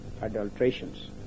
adulterations